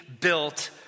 built